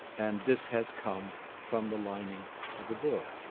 and this has come from the lining of a book.